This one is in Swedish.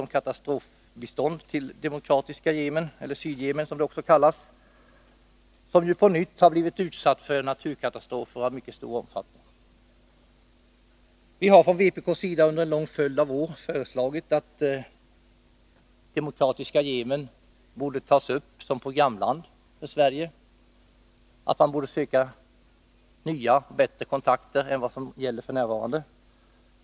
5: / å utvecklingssamarkatastrofbiståndet till Demokkratiska folkrepubliken Yemen — eller Sydyehelemn men som det också kallas — som på nytt har blivit utsatt för naturkatastrofer av mycket stor omfattning. Vpk har under en lång följd av år föreslagit att Deomkratiska folkrepubliken Yemen skall tas upp såsom programland för Sverige och att man skall söka nya och bättre kontakter än dem som gäller f.n.